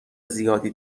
زیادی